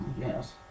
Yes